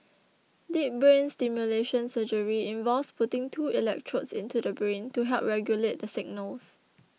deep brain stimulation surgery involves putting two electrodes into the brain to help regulate the signals